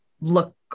look